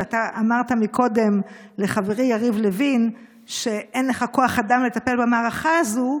ואתה אמרת קודם לחברי יריב לוין שאין לך כוח אדם לטפל במערכה הזאת,